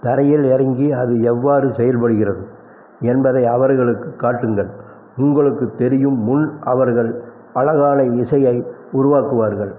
தரையில் இறங்கி அது எவ்வாறு செயல்படுகிறது என்பதை அவர்களுக்குக் காட்டுங்கள் உங்களுக்கு தெரியும் முன் அவர்கள் அழகான இசையை உருவாக்குவார்கள்